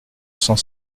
cent